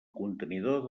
contenidor